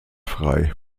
frei